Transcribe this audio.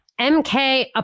MK